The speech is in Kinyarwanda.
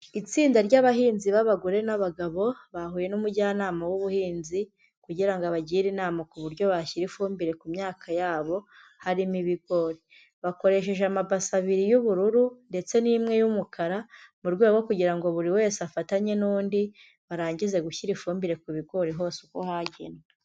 Itsinda ry'abahinzi b'abagore n'abagabo, bahuye n'umujyanama w'ubuhinzi kugira ngo abagire inama ku buryo bashyira ifumbire ku myaka yabo, harimo ibigori. Bakoresheje amabase abiri y'ubururu ndetse n'imwe y'umukara, mu rwego rwo kugira ngo buri wese afatanye n'undi barangize gushyira ifumbire ku bigori hose uko hagenwe.